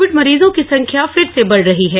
Covid मरीजों की संख्या फिर से बढ़ रही है